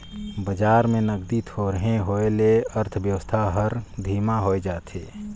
बजार में नगदी थोरहें होए ले अर्थबेवस्था हर धीमा होए जाथे